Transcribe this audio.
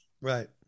Right